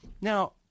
Now